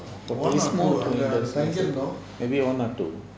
is more to maybe one or two